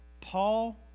Paul